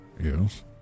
Yes